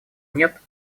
нет